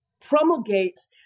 promulgates